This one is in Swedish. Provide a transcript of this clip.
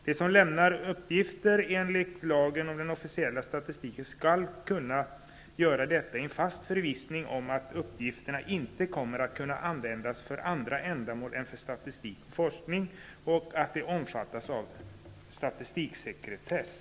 De som lämnar uppgifter enligt lagen om den officiella statistiken skall kunna göra detta i en fast förvissning om att uppgifterna inte kommer att kunna användas för andra ändamål än för statistik och forskning och att de omfattas av statistiksekretessen.''